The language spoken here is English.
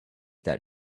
that